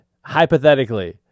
hypothetically